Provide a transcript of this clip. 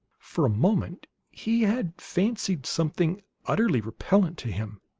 for a moment he had fancied something utterly repellent to him.